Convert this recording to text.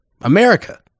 America